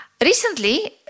Recently